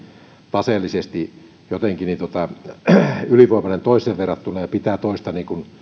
taseellisesti jotenkin ylivoimainen toiseen verrattuna eikä pidä toista